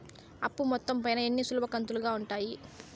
అప్పు మొత్తం పైన ఎన్ని సులభ కంతులుగా ఉంటాయి?